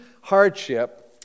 hardship